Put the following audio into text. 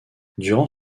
durant